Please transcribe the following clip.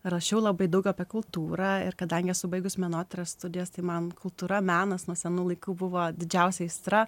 rašiau labai daug apie kultūrą ir kadangi esu baigus menotyros studijas tai man kultūra menas nuo senų laikų buvo didžiausia aistra